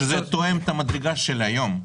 תואם את המדרגה של היום.